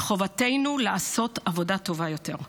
מחובתנו לעשות עבודה טובה יותר.